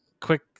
quick